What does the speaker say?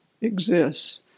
exists